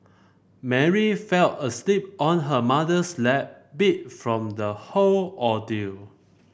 Mary fell asleep on her mother's lap beat from the whole ordeal